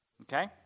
Okay